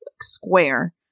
square